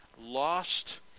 lost